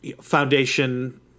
Foundation